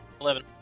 Eleven